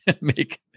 make